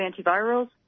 antivirals